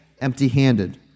empty-handed